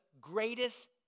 greatest